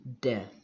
death